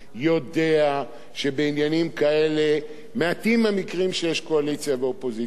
יודע שבעניינים כאלה מעטים המקרים שיש קואליציה ואופוזיציה.